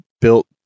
built